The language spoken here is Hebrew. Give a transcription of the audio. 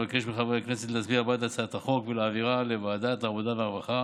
אבקש מחברי הכנסת להצביע בעד הצעת החוק ולהעבירה לוועדת העבודה והרווחה